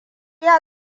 ya